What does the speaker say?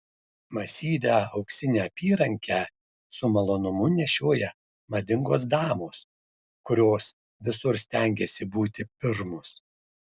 masyvią auksinę apyrankę su malonumu nešioja madingos damos kurios visur stengiasi būti pirmos